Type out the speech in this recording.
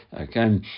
Okay